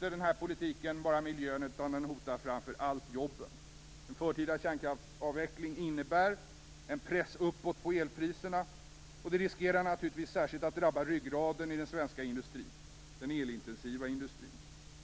Den här politiken hotar inte bara miljön, utan den hotar framför allt jobben. En förtida kärnkraftsavveckling innebär att elpriserna pressas uppåt, och det riskerar naturligtvis särskilt att drabba ryggraden i den svenska industrin, den elintensiva industrin.